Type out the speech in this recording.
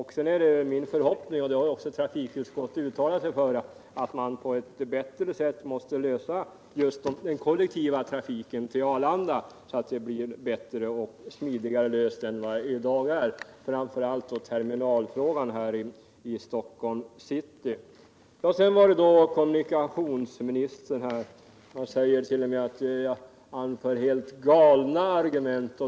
Det är också min förhoppning att — vilket även trafikutskottet har uttalat sig för — den kollektiva trafiken till Arlanda skall kunna ordnas så att den fungerar bättre och smidigare än i dag, framför allt i vad gäller terminalfrågan i Stockholms city. Sedan var det då kommunikationsministern som t.o.m. sade att jag anförde helt galna argument.